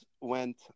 went